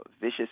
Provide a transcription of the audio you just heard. vicious